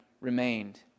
remained